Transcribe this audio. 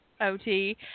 ot